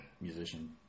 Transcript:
musician